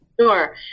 Sure